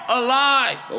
alive